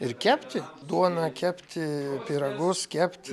ir kepti duoną kepti pyragus kept